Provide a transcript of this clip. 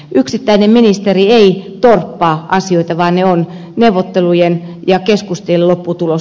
yksittäinen ministeri ei torppaa asioita vaan ne ovat neuvottelujen ja keskustelujen lopputulos